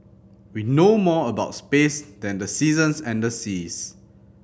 we know more about space than the seasons and the seas